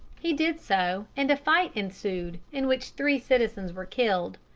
he did so, and a fight ensued, in which three citizens were killed.